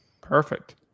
Perfect